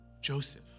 Joseph